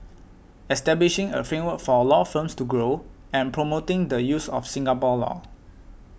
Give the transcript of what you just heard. establishing a framework for law firms to grow and promoting the use of Singapore law